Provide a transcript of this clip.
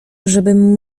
żebym